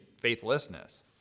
faithlessness